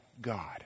God